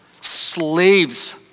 slaves